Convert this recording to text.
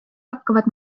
hakkavad